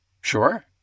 Sure